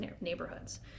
neighborhoods